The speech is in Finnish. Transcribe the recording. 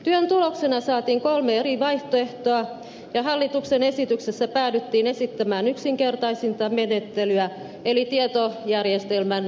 työn tuloksena saatiin kolme eri vaihtoehtoa ja hallituksen esityksessä päädyttiin esittämään yksinkertaisinta menettelyä eli tietojärjestelmän merkitsemistä